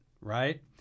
right